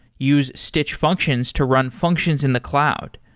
use stitch functions to run functions in the cloud.